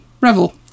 Revel